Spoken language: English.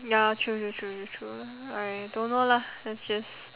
ya true true true true true I don't know lah let's just